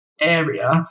area